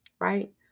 right